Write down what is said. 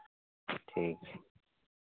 ठीक छै